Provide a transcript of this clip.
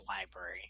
library